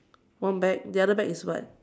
one bag the other bag is what